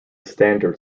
standard